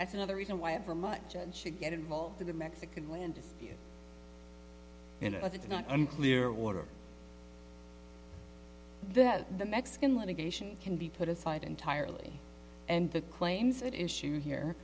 that's another reason why ever much and should get involved in the mexican land in a it's not unclear water then the mexican litigation can be put aside entirely and the claims that issue here